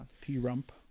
T-Rump